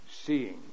seeing